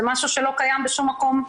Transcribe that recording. זה משהו שלא קיים בשום מקום,